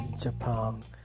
Japan